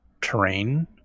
terrain